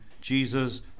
Jesus